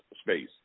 space